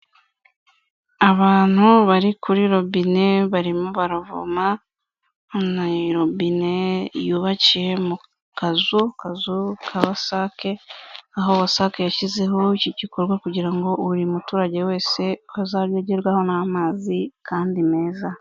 Abantu bari kuri robine barimo baravoma, hona hanari robine yubakiye mu kazu, akazu kawasake aho wasake yashyizeho iki gikorwa kugira ngo buri muturage wese azajye agerweho n'amazi kandi meza.